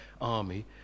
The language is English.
army